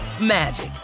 magic